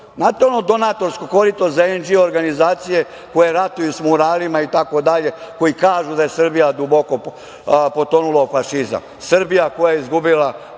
Znate ono donatorsko korito za „en-dži“ organizacije koje ratuju sa muralima itd, koji kažu da je Srbija duboko potonula u fašizam. Srbija koja je izgubila